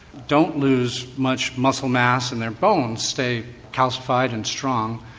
don't lose much muscle mass and their bones stay calcified and strong,